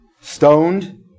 stoned